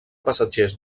passatgers